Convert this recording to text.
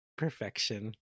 Perfection